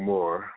More